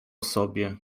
sobie